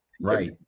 Right